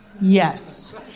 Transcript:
Yes